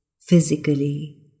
PHYSICALLY